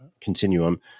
Continuum